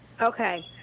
Okay